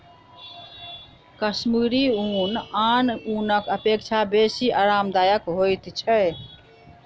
कश्मीरी ऊन आन ऊनक अपेक्षा बेसी आरामदायक होइत छै